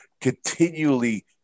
continually